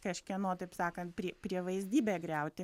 kažkieno taip sakant prie prievaizdybę griauti